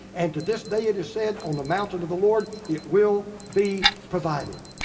and to this day it is said on the mountain of the lord, it will be provided.